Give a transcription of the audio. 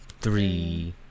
three